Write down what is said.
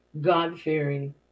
God-fearing